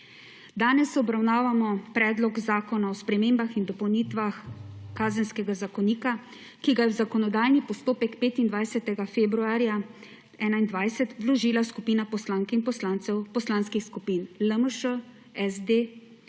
Danes obravnavamo Predlog zakona o spremembah in dopolnitvah Kazenskega zakonika, ki ga je v zakonodajni postopek 25. februarja 2021 vložila skupina poslank in poslancev Poslanskih skupin LMŠ, SD,